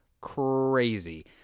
crazy